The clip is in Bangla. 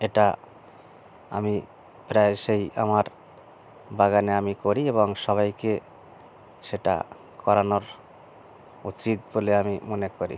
এটা আমি প্রায়শই আমার বাগানে আমি করি এবং সবাইকে সেটা করানো উচিত বলে আমি মনে করি